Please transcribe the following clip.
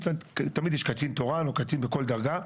תמיד יש קצין תורן או קצין בכל דרגה,